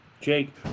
Jake